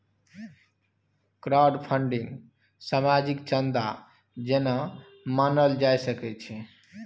crowdfunding सामाजिक चन्दा जेना मानल जा सकै छै